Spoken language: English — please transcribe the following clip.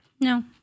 No